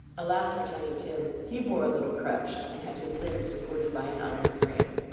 alas for tiny tim, he bore a little crutch, and had his limbs supported by an iron frame!